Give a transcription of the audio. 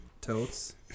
Totes